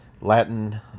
Latin